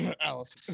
Alice